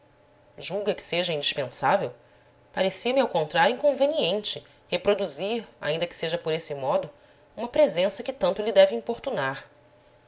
julga que seja indispensável parecia-me ao contrário inconveniente reproduzir ainda que seja por esse modo uma presença que tanto lhe deve importunar